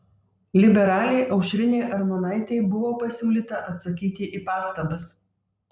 liberalei aušrinei armonaitei buvo pasiūlyta atsakyti į pastabas